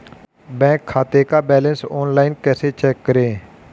Bank खाते का balance online कैसे चेक करें?